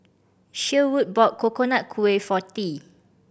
Sherwood bought Coconut Kuih for Tea